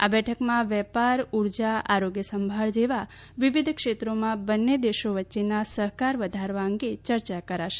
આ બેઠકમાં વેપાર ઉર્જા આરોગ્ય સંભાળ જેવા વિવિધ ક્ષેત્રોમાં બંને દેશો વચ્ચેનો સહકાર વધારવા અંગે ચર્ચા કરાશે